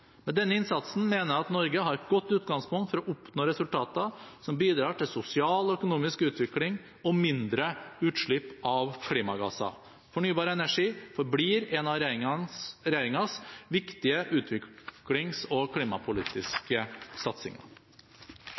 Med denne innsatsen mener jeg at Norge har et godt utgangspunkt for å oppnå resultater som bidrar til sosial og økonomisk utvikling og mindre utslipp av klimagasser. Fornybar energi forblir en av regjeringens viktige utviklings- og klimapolitiske satsinger.